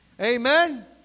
Amen